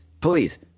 please